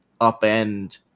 upend